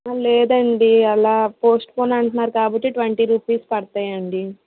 లేదండి అలా postpone అంటున్నారు కాబట్టి ట్వంటీ రుపీస్ పడతాయండి